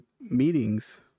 meetings